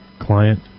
client